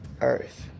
earth